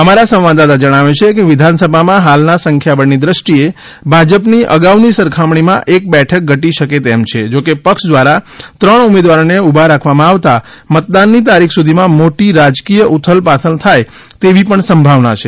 અમારા સંવાદદાતા જણાવે છે કે વિધાન સભામાં હાલના સંખ્યા બળની દ્રષ્ટિએ ભાજપની અગાઉની સરખામણીમાં એક બેઠક ઘટી શકે તેમ છે જો કે પક્ષ દ્વારા ત્રણ ઉમેદવારોને ઉભા રાખવામાં આવતા મતદાનની તારીખ સુધીમાં મોટી રાજકીય ઉથલ પાથલ થાય તેવી પણ સંભાવના છે